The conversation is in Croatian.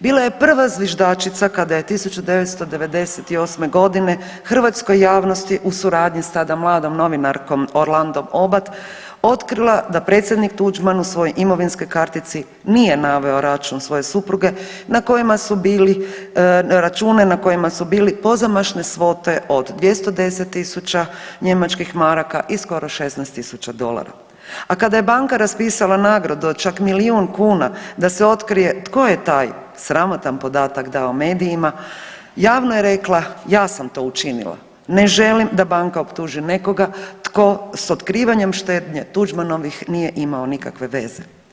Bila je prva zviždačica kada je 1998.g. hrvatskoj javnosti u suradnji s tada mladom novinarkom Orlandom Obad otkrila da predsjednik Tuđman u svojoj imovinskoj kartici nije naveo račun svoje supruge na kojima su bili, račune na kojima su bili pozamašne svote od 210 tisuća njemačkih maraka i skoro 16 tisuća dolara, a kada je banka raspisala nagradu od čak milijun kuna da se otkrije tko je taj sramotan podatak dao medijima javno je rekla ja sam to učinila, ne želim da banaka optuži nekoga tko s otkrivanjem štednje Tuđmanovih nije imao nikakve veze.